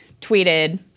tweeted